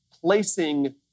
placing